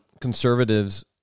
conservatives